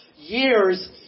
years